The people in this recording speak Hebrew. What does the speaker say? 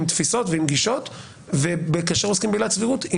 עם תפיסות ועם גישות וכאשר עוסקים בעילת סבירות,